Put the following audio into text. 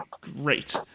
great